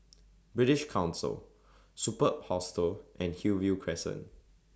British Council Superb Hostel and Hillview Crescent